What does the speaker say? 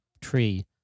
tree